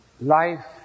life